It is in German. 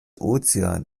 ozean